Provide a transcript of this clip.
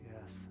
Yes